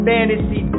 Fantasy